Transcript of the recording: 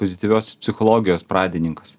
pozityvios psichologijos pradininkas